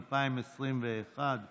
התשפ"א 2021,